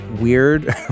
weird